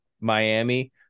Miami